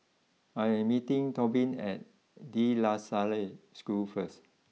I am meeting Tobin at De La Salle School first